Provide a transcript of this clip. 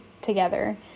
together